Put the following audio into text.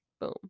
boom